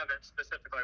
specifically